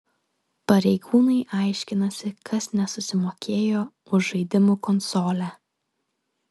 pareigūnai aiškinasi kas nesusimokėjo už žaidimų konsolę